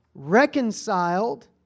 Reconciled